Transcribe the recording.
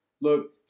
Look